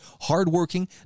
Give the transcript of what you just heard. hardworking